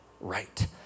right